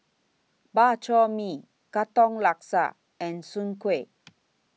Bak Chor Mee Katong Laksa and Soon Kueh